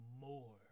more